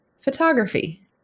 photography